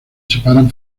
separan